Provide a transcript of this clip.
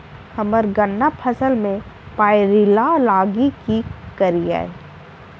हम्मर गन्ना फसल मे पायरिल्ला लागि की करियै?